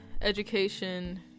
education